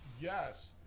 yes